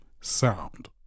Sound